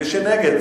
מי שנגד,